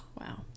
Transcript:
Wow